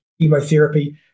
chemotherapy